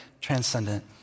transcendent